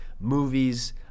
movies